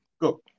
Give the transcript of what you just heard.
Go